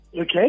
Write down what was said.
Okay